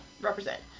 Represent